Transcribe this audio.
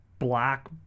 Black